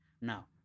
Now